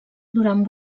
durant